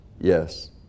yes